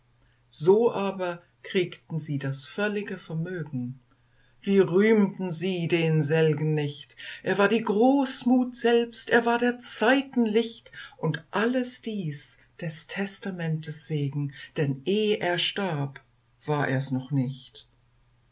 so aber kriegten sie das völlige vermögen wie rühmten sie den selgen nicht er war die großmut selbst er war der zeiten licht und alles dies des testamentes wegen denn eh er starb war ers noch nicht